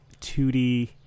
2d